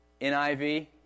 NIV